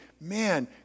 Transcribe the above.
man